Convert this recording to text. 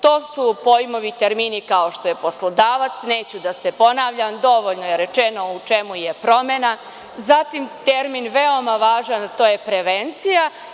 To su pojmovi i termini kao što je – poslodavac, a neću da se ponavljam, dovoljno je rečeno u čemu je promena, zatim veoma važan termin, a to je prevencija.